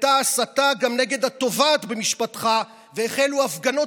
הופנתה ההסתה גם נגד התובעת במשפטך והחלו הפגנות